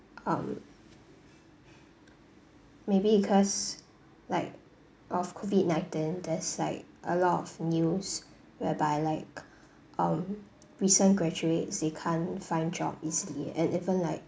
um maybe cause like of COVID nineteen there's like a lot of news whereby like um recent graduates they can't find job easily and even like